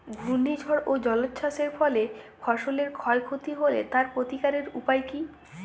ঘূর্ণিঝড় ও জলোচ্ছ্বাস এর ফলে ফসলের ক্ষয় ক্ষতি হলে তার প্রতিকারের উপায় কী?